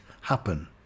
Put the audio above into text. happen